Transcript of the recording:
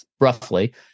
roughly